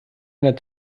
einer